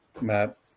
Matt